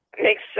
makes